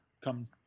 come